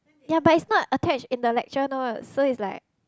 ya but it's not attached in the lecture notes so it's like